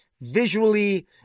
Visually